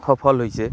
সফল হৈছে